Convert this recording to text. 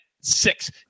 six